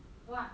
what